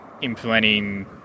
implementing